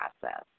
process